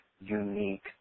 unique